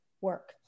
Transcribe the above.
work